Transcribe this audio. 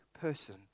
person